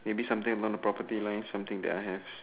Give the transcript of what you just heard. maybe something along the property line that something I have